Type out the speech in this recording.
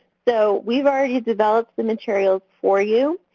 so, we've already developed the materials for you.